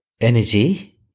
energy